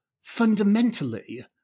fundamentally